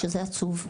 שזה עצוב.